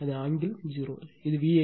அது ஆங்கிள் 0 இது Van